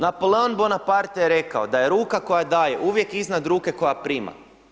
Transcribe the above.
Napoleon Bonaparte je rekao da je ruka koja daje uvijek iznad ruke koja prima.